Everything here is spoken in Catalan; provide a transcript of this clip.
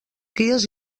guies